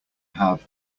have